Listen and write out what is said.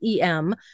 EM